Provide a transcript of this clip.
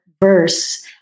verse